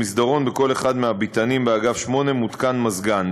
במסדרון בכל אחד מהביתנים באגף 8 מותקן מזגן.